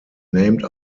named